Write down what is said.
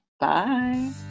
Bye